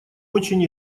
очень